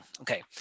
Okay